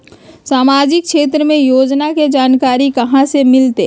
सामाजिक क्षेत्र के योजना के जानकारी कहाँ से मिलतै?